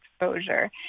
exposure